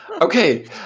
Okay